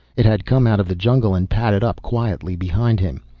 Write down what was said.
it had come out of the jungle and padded up quietly behind him.